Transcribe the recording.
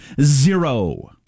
zero